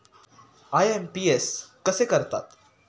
IMPS कसे करतात?